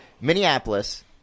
Minneapolis